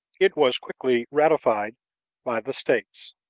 it was quickly ratified by the states.